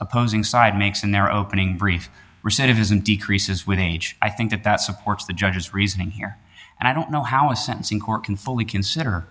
opposing side makes in their opening brief reset isn't decreases with age i think that that supports the judge's reasoning here and i don't know how a sentencing court can fully consider